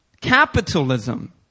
Capitalism